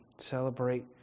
celebrate